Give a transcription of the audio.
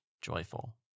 joyful